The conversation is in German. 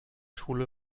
schule